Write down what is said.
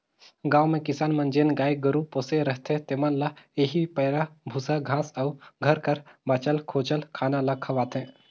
गाँव में किसान मन जेन गाय गरू पोसे रहथें तेमन ल एही पैरा, बूसा, घांस अउ घर कर बांचल खोंचल खाना ल खवाथें